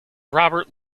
robert